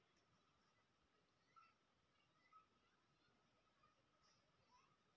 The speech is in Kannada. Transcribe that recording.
ರೈತ ಸಂಪರ್ಕ ಕೇಂದ್ರದಲ್ಲಿ ಸಿಂಪಡಣಾ ನೀರಾವರಿಯ ಬಗ್ಗೆ ಮಾಹಿತಿ ಸಿಗಬಹುದೇ?